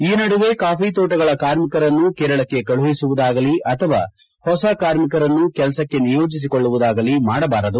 ಈ ನಡುವೆ ಕಾಫಿ ತೋಟಗಳ ಕಾರ್ಮಿಕರನ್ನು ಕೇರಳಕ್ಕೆ ಕಳುಹಿಸುವುದಾಗಲಿ ಅಥವಾ ಹೊಸ ಕಾರ್ಮಿಕರನ್ನು ಕೆಲಸಕ್ಕೆ ನಿಯೋಜಿಸುವುದಾಗಲಿ ಮಾಡಬಾರದು